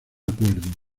acuerdo